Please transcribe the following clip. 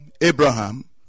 Abraham